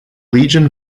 legion